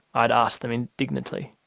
i'd asked them indignantly.